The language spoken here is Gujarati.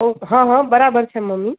ઓહ હં હં બરાબર છે મમ્મી